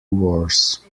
wars